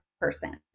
person